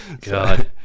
God